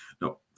No